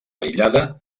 aïllada